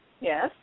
Yes